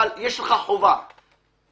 אבל יש לך חובה א',